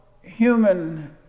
human